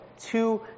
two